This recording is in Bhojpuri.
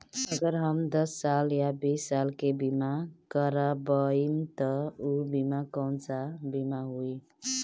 अगर हम दस साल या बिस साल के बिमा करबइम त ऊ बिमा कौन सा बिमा होई?